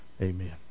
amen